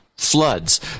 Floods